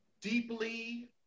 deeply